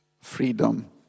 freedom